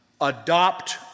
adopt